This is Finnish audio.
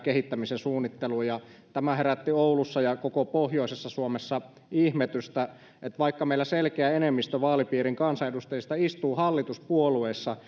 kehittämisen suunnitteluun tämä herätti oulussa ja koko pohjoisessa suomessa ihmetystä vaikka selkeä enemmistö meidän vaalipiirin kansanedustajista istuu hallituspuolueissa